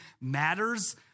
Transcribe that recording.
matters